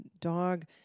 dog